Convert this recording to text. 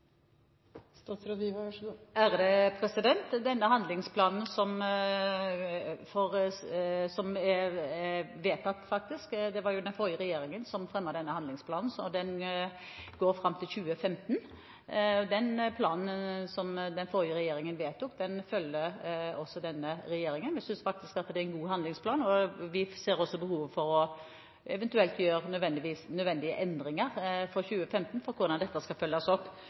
handlingsplanen som faktisk er vedtatt – det var jo den forrige regjeringen som fremmet denne handlingsplanen, og den går fram til 2015 – følger også denne regjeringen. Vi synes det er en god handlingsplan, og vi ser også behov for å gjøre eventuelle nødvendige endringer for 2015 med hensyn til hvordan dette skal følges opp.